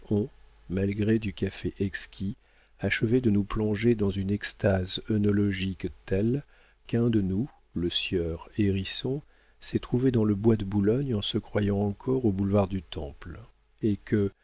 malgré du café exquis achevé de nous plonger dans une extase oenologique telle qu'un de nous le sieur hérisson s'est trouvé dans le bois de boulogne en se croyant encore au boulevard du temple et que